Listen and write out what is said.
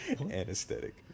Anesthetic